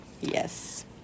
Yes